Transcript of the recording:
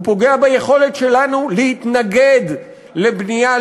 הוא פוגע ביכולת שלנו להתנגד לבנייה,